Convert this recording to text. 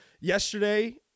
yesterday